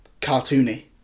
cartoony